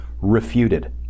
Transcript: refuted